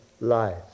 life